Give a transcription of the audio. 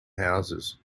houses